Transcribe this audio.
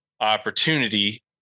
opportunity